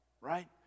right